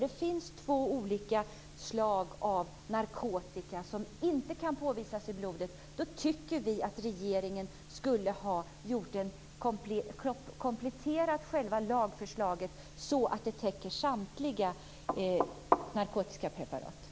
Det finns två slag av narkotika som inte kan påvisas i blodet, nämligen LSD och heroin, som i blodet omvandlas till morfin och går ut i urinen.